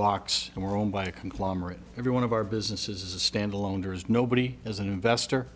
box and were owned by a conglomerate every one of our businesses is a standalone there is nobody as an investor